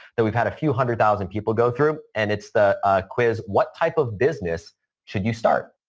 that we've had a few hundred thousand people go through and it's the ah quiz, what type of business should you start?